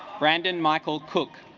brandon michael cook